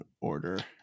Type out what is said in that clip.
order